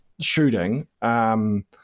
shooting